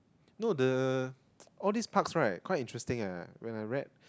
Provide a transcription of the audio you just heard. no the all these parks right quite interesting eh when I read